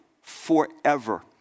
forever